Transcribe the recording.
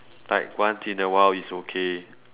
like once in a while it's okay